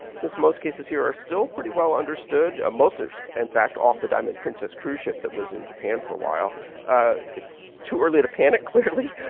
since most cases here are still pretty well-understood ah most are, so in fact, off the diamond princess cruise ship that was in japan for a while it's too early to panic, clearly.